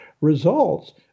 results